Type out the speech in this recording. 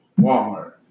Walmart